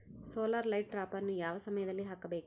Solar light ಟ್ರಾಪನ್ನು ಯಾವ ಸಮಯದಲ್ಲಿ ಹಾಕಬೇಕು?